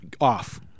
off